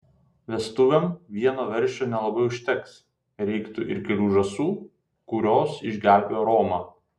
vestuvėm vieno veršio nelabai užteks reikėtų ir kelių žąsų kurios išgelbėjo romą